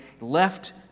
left